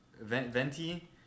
venti